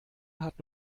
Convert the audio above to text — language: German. hat